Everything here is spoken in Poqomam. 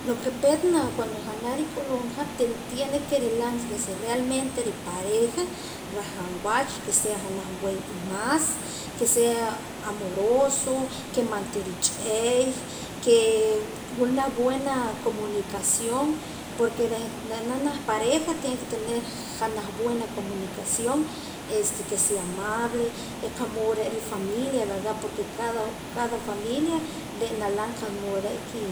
Lo ke peet cuando janaj nrik'ulumja tene tiene ke nrilam si realmente ripareja nrajaam wach ke sea janaj buen imaas ke sea amoroso ke man ti rich'eey ke wula janaj buena comunicación porke reh nre'nam janaj pareja tiene ke tener janaj buena comunicación este ke sea amable y qa' mood re' rifamilia verda porke cada cada familia re' nalam qa' mood re' ki